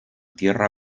tierra